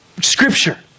scripture